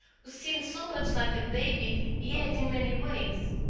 who seemed so much like a baby yet in many ways?